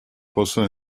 possono